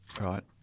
Right